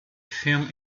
film